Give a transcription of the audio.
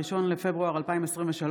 1 בפברואר 2023,